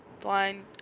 blind